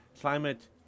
climate